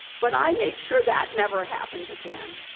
but i made sure that never happened again.